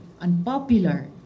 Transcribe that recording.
unpopular